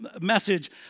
message